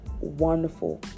wonderful